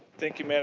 thank you mme.